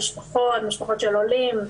משפחות, משפחות של עולים.